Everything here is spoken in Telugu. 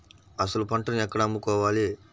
అసలు పంటను ఎక్కడ అమ్ముకోవాలి?